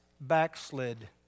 backslid